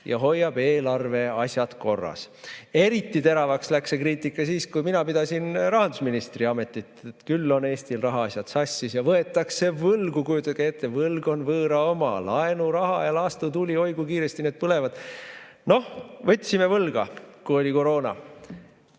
ja hoiab eelarveasjad korras. Eriti teravaks läks see kriitika siis, kui mina pidasin rahandusministri ametit. Küll on Eestil rahaasjad sassis ja võetakse võlgu, aga kujutage ette, võlg on võõra oma, laenuraha ja laastutuli, oi kui kiiresti need põlevad. Noh, võtsime võlga, kui oli koroona.